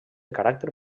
caràcter